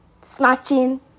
snatching